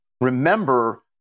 remember